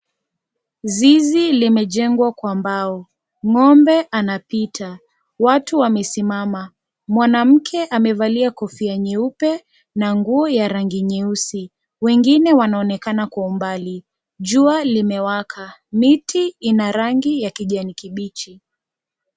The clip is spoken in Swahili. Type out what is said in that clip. Zizi limejengwa kwa mbao ,ng'ombe anapita ,watu wamesimama mwanamke amevalia kofia nyeupe na nguo ya rangi nyeusi wengine wanaonekana kwa umbali jua limewaka miti ina rangi ya kijani kibichi.